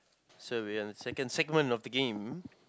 so we have a second segment of the game